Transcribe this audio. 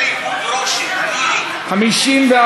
התשע"ה 2015, נתקבלה.